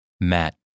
Matt